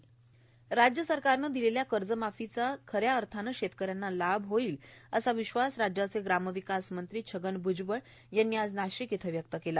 समाप्ततातततततततततत राज्य सरकारनं दिलेल्या कर्जमाफीचा खऱ्या अर्थानं शेतकऱ्यांना लाभ होईलर असा विश्वास राज्याचे ग्राम विकास मंत्री छगन भूजबळ यांनी आज नाशिक इथं व्यक्त केला